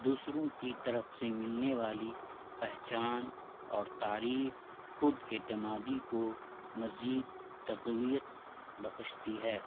دوسروں کی طرف سے ملنے والی پہچان اور تعریف خود اعتمادی کو مزید تقویت بخشتی ہے